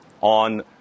on